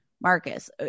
Marcus